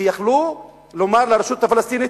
כי היו יכולים לומר לרשות הפלסטינית: